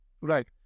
Right